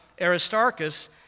Aristarchus